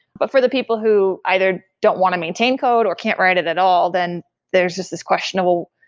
but for the people who either don't want to maintain code or can't write it at all, then there's just this questionable,